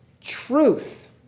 truth